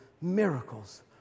miracles